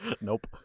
Nope